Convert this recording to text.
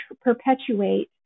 perpetuate